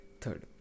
Third